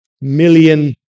million